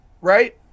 right